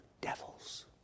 devils